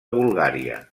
bulgària